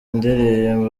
indirimbo